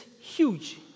huge